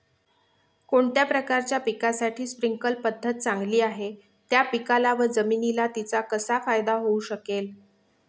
कोणत्या प्रकारच्या पिकासाठी स्प्रिंकल पद्धत चांगली आहे? त्या पिकाला व जमिनीला तिचा कसा फायदा होऊ शकेल?